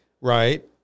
right